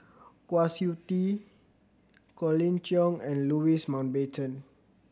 Kwa Siew Tee Colin Cheong and Louis Mountbatten